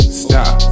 stop